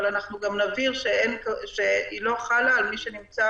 אבל אנחנו גם נבהיר שהיא לא חלה על מי שנמצא